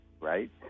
right